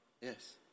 Yes